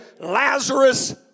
Lazarus